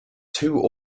two